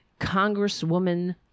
Congresswoman